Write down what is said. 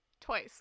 twice